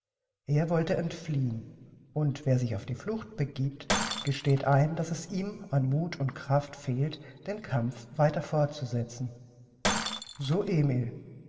er wollte entfliehen und wer sich auf die flucht begiebt gesteht ein daß es ihm an muth und kraft fehlt den kampf weiter fortzusetzen so emil